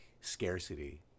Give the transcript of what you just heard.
Scarcity